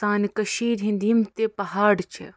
سانہِ کٔشیٖرِ ۂنٛدۍ یِم تہِ پہاڑ چھِ